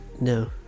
No